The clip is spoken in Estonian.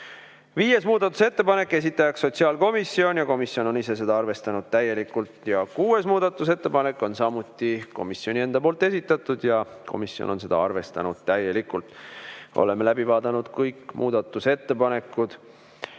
Viies muudatusettepanek, esitaja sotsiaalkomisjon, komisjon on ise seda arvestanud täielikult. Kuues muudatusettepanek on samuti komisjoni enda poolt esitatud ja komisjon on seda arvestanud täielikult. Oleme läbi vaadanud kõik muudatusettepanekud.